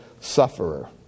sufferer